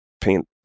paint